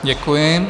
Děkuji.